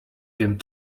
wiem